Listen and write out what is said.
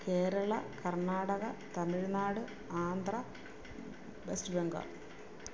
Kerala Karnataka Tamil Nadu Andhra west Bengal